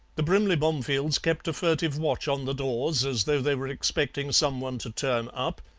the brimley bomefields kept a furtive watch on the doors as though they were expecting some one to turn up,